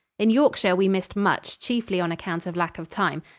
in yorkshire we missed much, chiefly on account of lack of time.